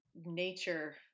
nature